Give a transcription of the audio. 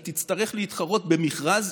היא תצטרך להתחרות במכרז,